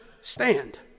stand